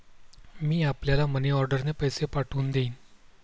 मी आपल्याला मनीऑर्डरने पैसे पाठवून देईन